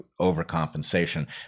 overcompensation